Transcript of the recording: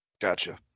gotcha